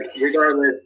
regardless –